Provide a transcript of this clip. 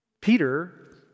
Peter